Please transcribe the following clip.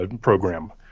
program